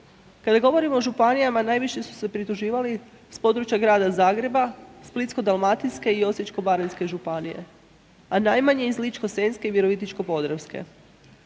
Kada govorimo o županijama najviše su se prituživali s područja Grada Zagreba, Splitsko-dalmatinske i Osječko-baranjske županije, a najmanje iz Ličko-senjske i Virovitičko-podravske.